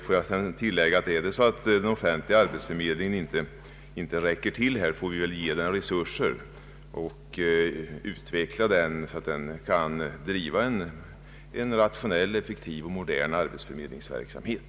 Låt mig tillägga att om den offentliga arbetsförmedlingen inte räcker till, måste vi väl ge den resurser och utveckla den så att den kan driva en rationell, effektiv och modern arbetsförmedlingsverksamhet.